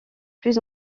plus